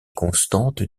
constantes